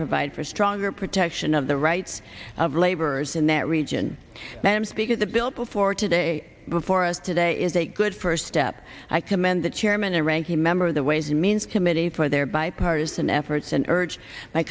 provide for stronger protection of the rights of laborers in that region madam speaker the bill before today before us today is a good first step i commend the chairman and ranking member of the ways and means committee for their bipartisan efforts and urge my